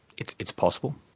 it's it's possible.